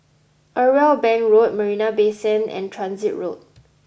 Irwell Bank Road Marina Bay Sand and Transit Road